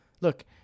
Look